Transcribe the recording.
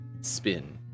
spin